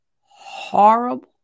horrible